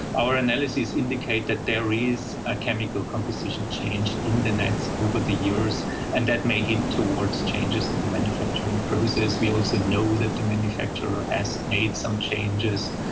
our analyses indicate that there is a chemical composition change in the nets over the years and that may hint towards changes in the manufacturing process. we also know that the manufacturer has made some changes,